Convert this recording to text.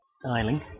Styling